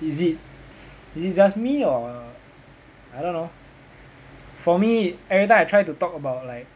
is it is it just me or I don't know for me everytime I try to talk about like